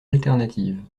alternative